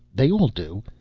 they all do.